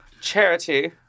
Charity